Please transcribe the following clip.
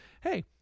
hey